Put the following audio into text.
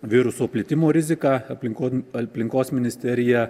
viruso plitimo riziką aplinkon aplinkos ministerija